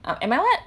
I am I what